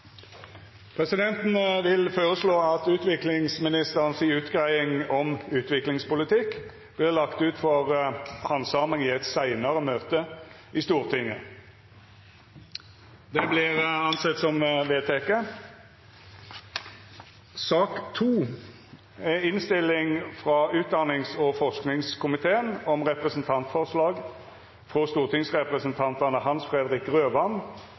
Presidenten vil føreslå at utgreiinga frå utviklingsministeren om utviklingspolitikk vert lagt ut for handsaming i eit seinare møte i Stortinget. – Det er vedteke. Etter ønske frå utdannings- og